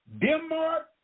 Denmark